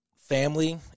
family